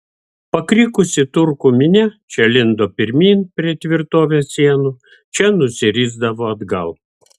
pakrikusi turkų minia čia lindo pirmyn prie tvirtovės sienų čia nusirisdavo atgal